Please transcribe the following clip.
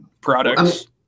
products